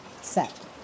set